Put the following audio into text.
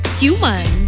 human